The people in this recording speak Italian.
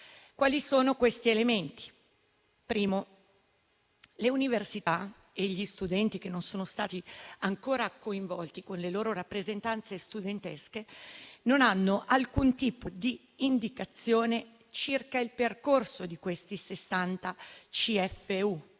Quali sono questi elementi? Primo: le università e gli studenti, che non sono stati ancora coinvolti con le loro rappresentanze studentesche, non hanno alcun tipo di indicazione circa il percorso dei 60 CFU